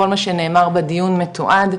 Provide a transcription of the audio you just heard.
כל מה שנאמר בדיון מתועד,